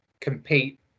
compete